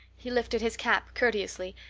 he lifted his cap courteously,